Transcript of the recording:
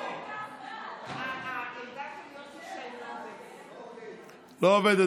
ש"ס וקבוצת סיעת יהדות התורה לפני סעיף 1 לא נתקבלה.